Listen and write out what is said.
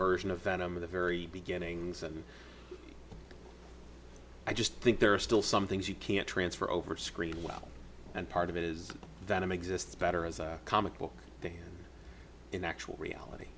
version of venom of the very beginnings and i just think there are still some things you can't transfer over screen well and part of it is that i'm exist better as a comic book than in actual reality